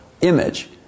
image